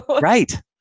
Right